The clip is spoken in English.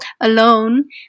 alone